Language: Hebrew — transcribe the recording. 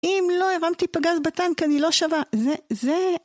אם לא הרמתי פגז בטנק אני לא שווה זה... זה...